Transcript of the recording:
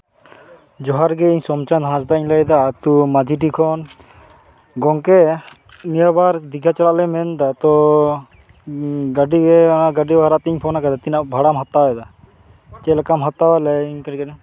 ᱡᱚᱦᱟᱨ ᱜᱮ ᱤᱧ ᱥᱳᱢᱪᱟᱸᱫᱽ ᱦᱟᱸᱥᱫᱟᱜ ᱤᱧ ᱞᱟᱹᱭᱫᱟ ᱟᱛᱳ ᱢᱟᱹᱡᱷᱤ ᱰᱤ ᱠᱷᱚᱱ ᱜᱚᱢᱠᱮ ᱱᱤᱭᱟᱹ ᱵᱟᱨ ᱫᱤᱜᱷᱟᱹ ᱪᱟᱞᱟᱜ ᱞᱮ ᱢᱮᱱᱫᱟ ᱛᱚ ᱜᱟᱹᱰᱤ ᱜᱮ ᱚᱱᱟ ᱜᱟᱹᱰᱤ ᱵᱟᱠᱷᱨᱟᱛᱤᱧ ᱯᱷᱳᱱ ᱠᱟᱫᱟ ᱛᱤᱱᱟᱹᱜ ᱵᱷᱟᱲᱟᱢ ᱦᱟᱛᱟᱣᱮᱫᱟ ᱪᱮᱫᱞᱮᱠᱟᱢ ᱦᱟᱛᱟᱣᱟ ᱞᱟᱹᱭᱢᱮ ᱤᱱᱠᱟᱹ ᱨᱮᱜᱮ